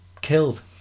killed